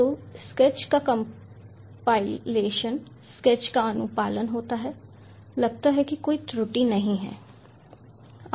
तो स्केच का compilation sketch का अनुपालन होता है लगता है कि कोई त्रुटि नहीं है